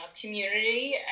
community